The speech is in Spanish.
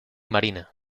marina